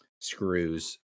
screws